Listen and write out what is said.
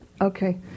Okay